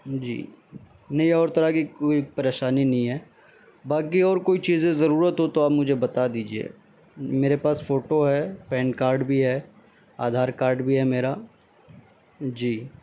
جی نہیں اور طرح کی کوئی پریشانی نہیں ہے باقی اور کوئی چیزیں ضرورت ہو تو آپ مجھے بتا دیجیے میرے پاس فوٹو ہے پین کاڈ بھی ہے آدھار کاڈ بھی ہے میرا جی